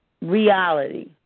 reality